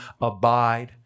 abide